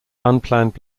unplanned